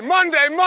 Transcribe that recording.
Monday